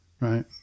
right